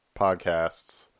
podcasts